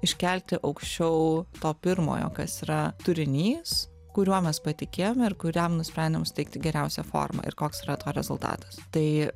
iškelti aukščiau to pirmojo kas yra turinys kuriuo mes patikėjome ir kuriam nusprendėm suteikti geriausią formą ir koks yra to rezultatas tai